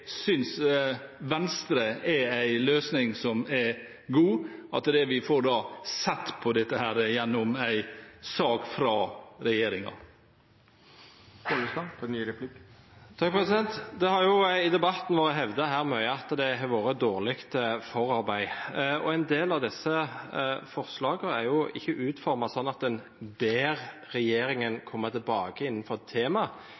Venstre er en god løsning. Vi får da sett på dette gjennom en sak fra regjeringen. I debatten har det vært hevdet mye at det har vært dårlig forarbeid. En del av disse forslagene er jo ikke utformet sånn at en ber